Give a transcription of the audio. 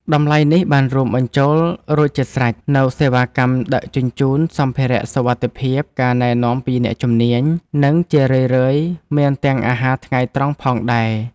តម្លៃនេះបានរួមបញ្ចូលរួចជាស្រេចនូវសេវាកម្មដឹកជញ្ជូន សម្ភារៈសុវត្ថិភាព ការណែនាំពីអ្នកជំនាញ និងជារឿយៗមានទាំងអាហារថ្ងៃត្រង់ផងដែរ។